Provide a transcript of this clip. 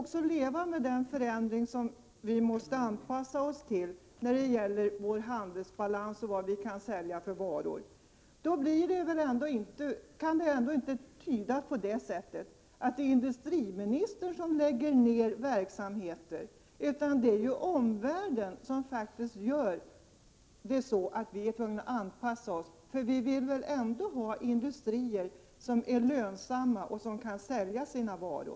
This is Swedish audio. Vi får leva med de förändringar som sker och anpassa oss efter dem när det gäller vår handelsbalans och vilka varor vi kan sälja. Då kan man väl inte säga att det är industriministern som lägger ned verksamheter. Att verksamheter läggs ned beror på att vi måste anpassa oss efter omvärlden, för vi vill väl ändå ha industrier som är lönsamma och som kan sälja sina varor?